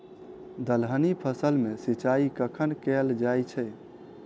दलहनी फसल मे सिंचाई कखन कैल जाय छै?